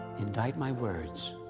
indite my words,